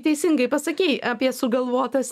teisingai pasakei apie sugalvotas